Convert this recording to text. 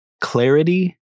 Clarity